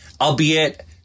albeit